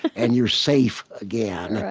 and you're safe again.